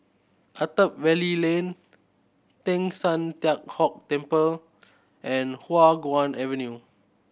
Attap Valley Lane Teng San Tian Hock Temple and Hua Guan Avenue